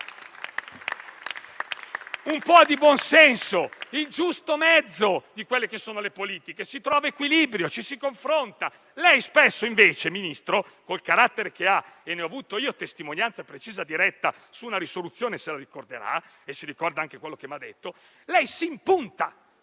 un po' di buon senso, il giusto mezzo di quelle che sono le politiche; si trovi equilibrio, ci si confronti. Lei spesso, invece, Ministro, col carattere che ha - e ne ho avuto esperienza diretta su una risoluzione, se lo ricorderà, come ricorderà quello che mi ha detto - lei si impunta